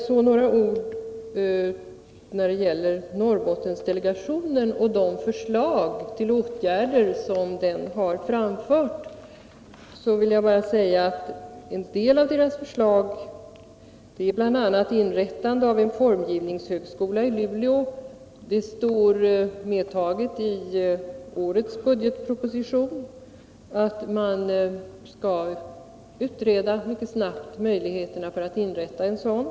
Så några ord om Norrbottendelegationen och de förslag till åtgärder som den har framfört. Ett av förslagen är inrättande av en formgivningshögskola i Luleå — det står medtaget i årets budgetproposition att man mycket snabbt skall utreda möjligheterna för att inrätta en sådan.